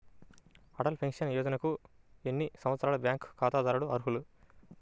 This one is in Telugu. అటల్ పెన్షన్ యోజనకు ఎన్ని సంవత్సరాల బ్యాంక్ ఖాతాదారులు అర్హులు?